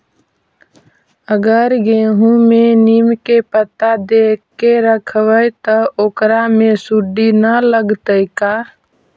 अगर गेहूं में नीम के पता देके यखबै त ओकरा में सुढि न लगतै का?